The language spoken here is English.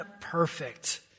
perfect